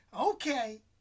okay